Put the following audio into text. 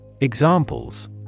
Examples